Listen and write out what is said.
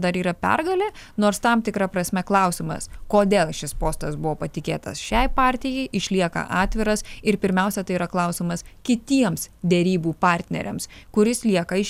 dar yra pergalė nors tam tikra prasme klausimas kodėl šis postas buvo patikėtas šiai partijai išlieka atviras ir pirmiausia tai yra klausimas kitiems derybų partneriams kuris lieka iš